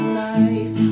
life